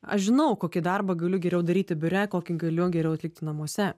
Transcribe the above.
aš žinau kokį darbą galiu geriau daryti biure kokį galiu geriau atlikti namuose